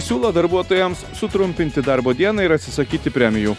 siūlo darbuotojams sutrumpinti darbo dieną ir atsisakyti premijų